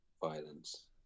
violence